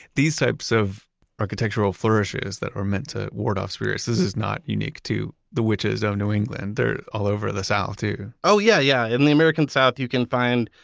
these types of architectural flourishes that are meant to ward off spirits, this is not unique to the witches of new england. they're all over the south too? oh yeah, yeah. in the american south you can find,